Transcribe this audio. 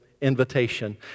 invitation